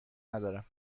ندارم